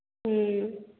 हँ